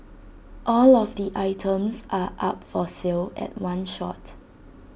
all of the items are up for sale at one shot